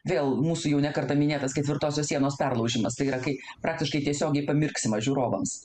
vėl mūsų jau ne kartą minėtas ketvirtosios sienos perlaužimas tai yra kai praktiškai tiesiogiai pamirksima žiūrovams